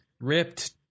ripped